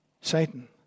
Satan